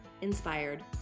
Inspired